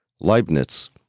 Leibniz